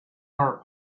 are